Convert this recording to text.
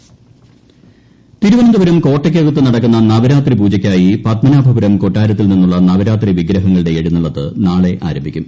നവരാത്രി പൂജ തിരുവനന്തപുരം കോട്ടയ്ക്കകത്തു നടക്കുന്ന നവരാത്രി പൂജയ്ക്കായി പത്മനാഭപുരം കൊട്ടാരത്തിൽ നിന്നുള്ള നവരാത്രി വിഗ്രഹങ്ങളുടെ എഴുന്നള്ളത്ത് നാളെ ആരംഭിക്കും